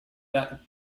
that